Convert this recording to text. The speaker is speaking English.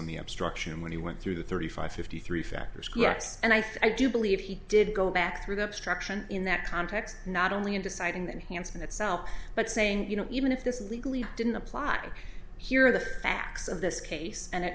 on the obstruction when he went through the thirty five fifty three factors yes and i think i do believe he did go back through the obstruction in that context not only in deciding that hanssen itself but saying you know even if this is legally didn't apply here are the facts of this case and it